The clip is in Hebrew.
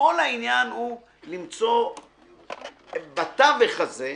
- כל העניין הוא למצוא בתווך הזה,